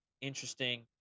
interesting